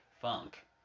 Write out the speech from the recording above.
Funk